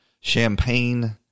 champagne